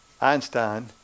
Einstein